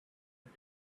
and